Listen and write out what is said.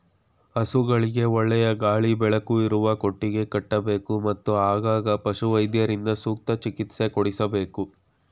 ಹಸುಗಳಿಗೆ ಒಳ್ಳೆಯ ಗಾಳಿ ಬೆಳಕು ಇರುವ ಕೊಟ್ಟಿಗೆ ಕಟ್ಟಬೇಕು, ಮತ್ತು ಆಗಾಗ ಪಶುವೈದ್ಯರಿಂದ ಸೂಕ್ತ ಚಿಕಿತ್ಸೆ ಕೊಡಿಸಬೇಕು